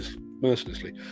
mercilessly